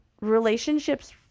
relationships